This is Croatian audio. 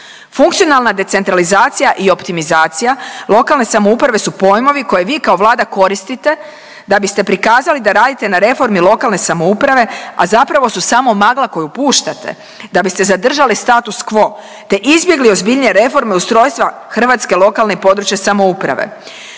Funkcionalna decentralizacija i optimizacija lokalne samouprave su pojmovi koje vi kao vlada koristite da biste prikazali da radite na reformi lokalne samouprave, a zapravo su samo magla koju puštate da biste zadržali status quo te izbjegli ozbiljnije reforme ustrojstva hrvatske lokalne i područne samouprave.